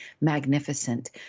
magnificent